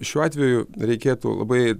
šiuo atveju reikėtų labai